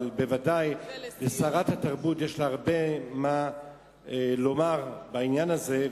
אבל לשרת התרבות ודאי יש הרבה מה לומר בעניין הזה,